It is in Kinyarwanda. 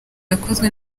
yakozwe